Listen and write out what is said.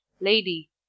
lady